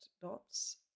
dots